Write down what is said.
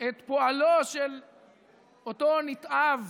את פועלו של אותו נתעב